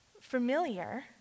familiar